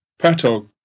Patog